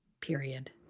Period